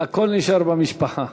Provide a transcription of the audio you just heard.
הכול נשאר במשפחה.